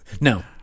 No